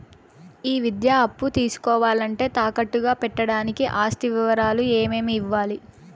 ఈ విద్యా అప్పు తీసుకోవాలంటే తాకట్టు గా పెట్టడానికి ఆస్తి వివరాలు ఏమేమి ఇవ్వాలి?